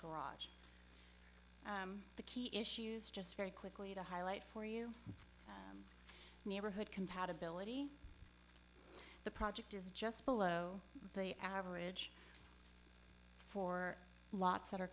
garage the key issues just very quickly to highlight for you neighborhood compatibility the project is just below the average for lots that are